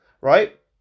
right